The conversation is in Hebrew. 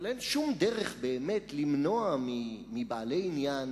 אבל אין שום דרך באמת למנוע מבעלי עניין,